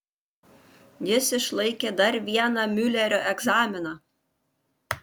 jis išlaikė dar vieną miulerio egzaminą